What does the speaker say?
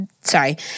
Sorry